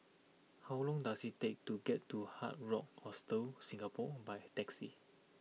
how long does it take to get to Hard Rock Hostel Singapore by taxi